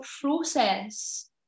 process